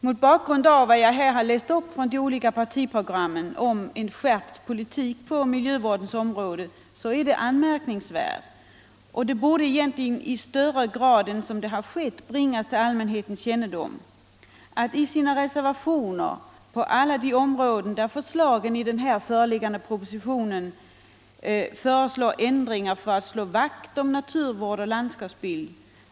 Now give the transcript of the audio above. Mot bakgrund av vad jag här citerat ur olika partiprogram om en skärpt politik på miljövårdens område är det anmärkningsvärt att på alla de punkter där regeringen nu föreslår ändringar för att slå vakt om naturvården och landskapsbilden så yrkar de borgerliga partierna i sina reservationer avslag på eller uppmjukning av regeringens förslag.